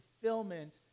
fulfillment